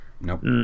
Nope